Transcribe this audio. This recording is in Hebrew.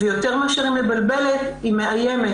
ויותר מאשר היא מבלבלת היא מאיימת,